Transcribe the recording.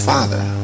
Father